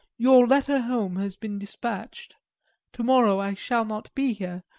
your letter home has been despatched to-morrow i shall not be here,